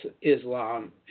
Islam